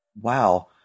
Wow